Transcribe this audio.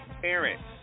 parents